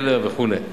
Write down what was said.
טלר וכדומה.